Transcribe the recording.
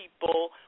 people